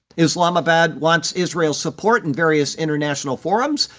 islamabad wants israel's support in various international forums,